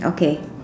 okay